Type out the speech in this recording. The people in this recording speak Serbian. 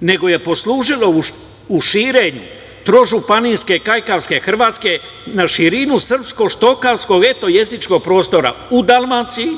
nego je poslužilo u širenju trožupanijske kajkavske Hrvatske, na širinu srpsko štokavsko etno jezičkog prostora u Dalmaciji,